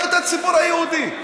רק את הציבור היהודי.